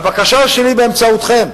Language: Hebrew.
והבקשה שלי, באמצעותכם,